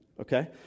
okay